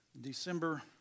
December